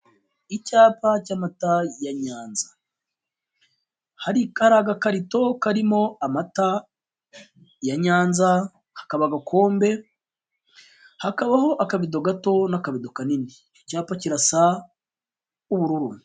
Icyapa cy'amata ya Nyanza, hari agakarito karimo amata ya Nyanza, hakaba agakombe, hakabaho akabido gato, n'akabido kanini, icyapa kirasa ubururu.